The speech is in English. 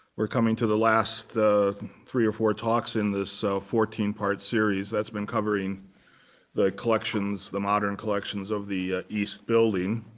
we're coming to the last three or four talks in this so fourteen part series that's been covering the collections, the modern collections of the east building,